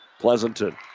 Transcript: Pleasanton